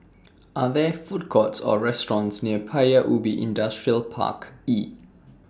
Are There Food Courts Or restaurants near Paya Ubi Industrial Park E